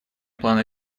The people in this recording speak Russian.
плана